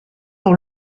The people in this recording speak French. dans